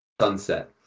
sunset